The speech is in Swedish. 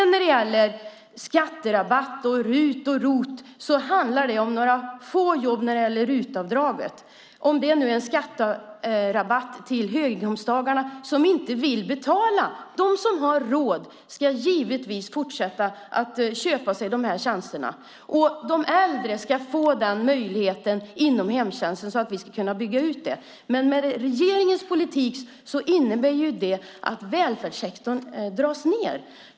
När det gäller RUT-avdraget handlar det om några få jobb. Det är en skatterabatt till höginkomsttagare som inte vill betala. De som har råd ska givetvis fortsätta att köpa sig dessa tjänster. De äldre ska få den möjligheten inom hemtjänsten. Vi ska kunna bygga ut detta. Men regeringens politik innebär att välfärdssektorn dras ned.